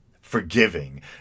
forgiving